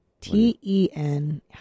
T-E-N